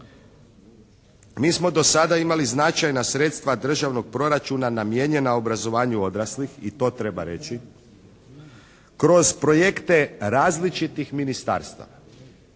Mi smo do sada imali značajna sredstva državnog proračuna namijenjena obrazovanju odraslih i to treba reći, kroz projekte različitih ministarstava.